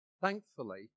Thankfully